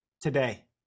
today